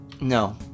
No